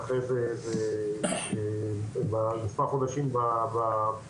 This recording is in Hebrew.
ואחרי זה מספר חודשים בבית,